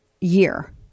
year